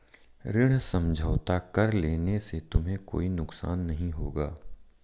ऋण समझौता कर लेने से तुम्हें कोई नुकसान नहीं होगा